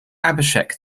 abhishek